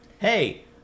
hey